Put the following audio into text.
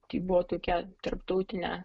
tai buvo tokia tarptautinė